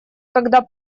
когда